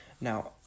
Now